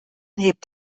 hebt